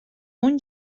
اون